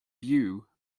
view